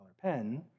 pen